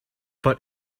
but